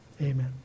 amen